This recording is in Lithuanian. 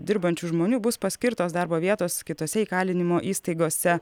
dirbančių žmonių bus paskirtos darbo vietos kitose įkalinimo įstaigose